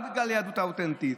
רק בגלל היהדות האותנטית.